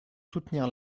soutenir